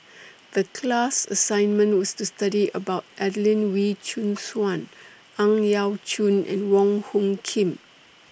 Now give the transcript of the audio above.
The class assignment was to study about Adelene Wee Chin Suan Ang Yau Choon and Wong Hung Khim